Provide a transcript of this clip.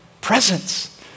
Presence